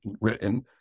written